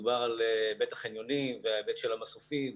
מדובר על היבט החניונים וההיבט של המסופים,